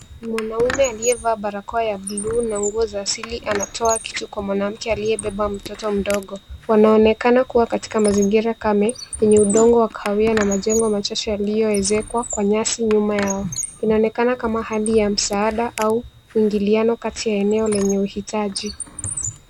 Mwanaume aliyevaa barakoa ya buluu na nguo za asili anatoa kitu kwa mwanamke aliyebeba mtoto mdogo. Wanaonekana kuwa katika mazingira kame yenye udongo wa kahawia na majengo machache yaliyoezekwa kwa nyasi nyuma yao. Inaonekana kama hali ya msaada au uingiliano kati ya eneo lenye uhitaji.